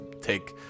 take